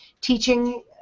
teaching